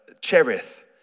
Cherith